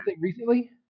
recently